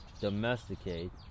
domesticate